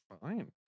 Fine